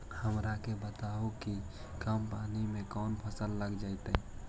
हमरा के बताहु कि कम पानी में कौन फसल लग जैतइ?